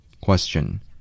Question